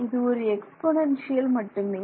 இது ஒரு எக்ஸ்பொனன்ஷியல் மட்டுமே